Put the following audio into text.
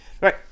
Right